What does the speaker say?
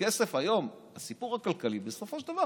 הכסף היום, הסיפור הכלכלי, בסופו של דבר